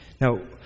Now